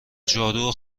جارو